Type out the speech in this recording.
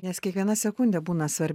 nes kiekviena sekundė būna svar